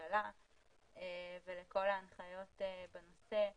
הממשלה ולכל ההנחיות בנושא,